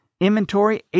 inventory